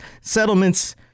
settlements